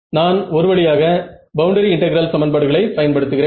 என்னால் ஒருவழியாக boundary integral சமன்பாடுகளை பயன்படுத்துகிறேன்